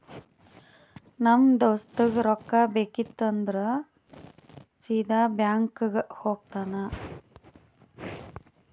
ನಮ್ ದೋಸ್ತಗ್ ರೊಕ್ಕಾ ಬೇಕಿತ್ತು ಅಂದುರ್ ಸೀದಾ ಬ್ಯಾಂಕ್ಗೆ ಹೋಗ್ತಾನ